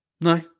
no